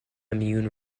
immune